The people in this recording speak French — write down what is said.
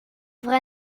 vrai